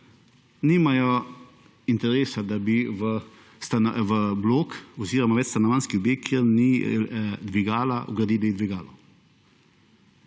nimajo interesa, da bi v blok oziroma večstanovanjskem objektu, kjer ni dvigala vgradi dvigalo.